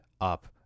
up